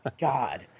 God